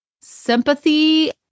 sympathy